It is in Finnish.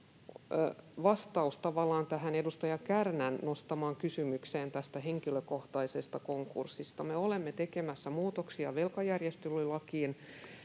tavallaan tähän edustaja Kärnän nostamaan kysymykseen tästä henkilökohtaisesta konkurssista. Me olemme tekemässä muutoksia velkajärjestelylakiin,